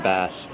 Bass